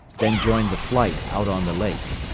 then joined the flight out on the lake.